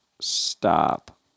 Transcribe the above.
stop